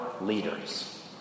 leaders